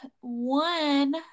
one